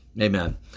Amen